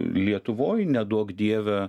lietuvoj neduok dieve